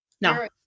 No